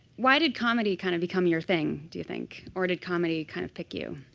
why did comedy kind of become your thing, do you think? or did comedy kind of pick you?